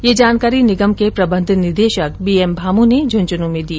यह जानकारी निगम के प्रबंध निदेशक बीएम भामू ने झूंझनू में दी